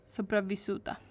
Sopravvissuta